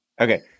Okay